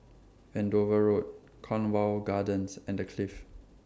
Andover Road Cornwall Gardens and The Clift